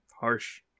Harsh